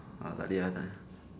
uh tak boleh tak